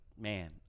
man